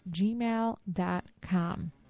gmail.com